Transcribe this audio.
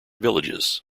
villages